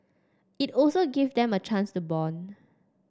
it also gave them a chance to bond